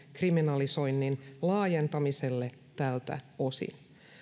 kriminalisoinnin laajentamiselle tältä osin